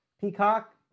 Peacock